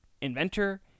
inventor